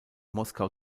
moskau